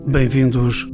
Bem-vindos